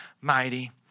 mighty